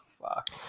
fuck